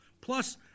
plus